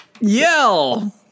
yell